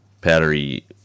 powdery